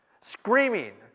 screaming